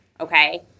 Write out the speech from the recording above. Okay